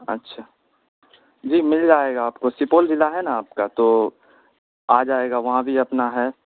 اچھا جی مل جائے گا آپ کو سپول ضلع ہے نا آپ کا تو آ جائے گا وہاں بھی اپنا ہے